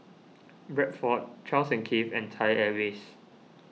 Bradford Charles and Keith and Thai Airways